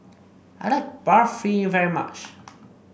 I like Barfi very much